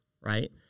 right